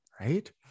right